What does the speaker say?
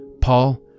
Paul